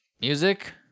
music